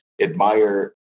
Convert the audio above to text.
admire